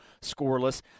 scoreless